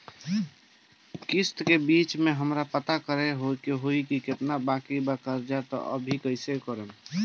किश्त के बीच मे हमरा पता करे होई की केतना बाकी बा कर्जा अभी त कइसे करम?